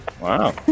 wow